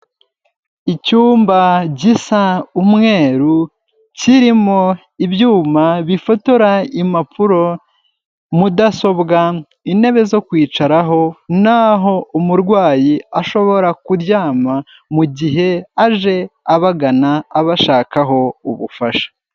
Icyumba gisa umweru, kirimo ibyuma bifotora impapuro, mudasobwa, intebe zo kwicaraho n'aho umurwayi ashobora kuryama mu gihe aje abagana, abashakaho ubufasha.